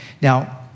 now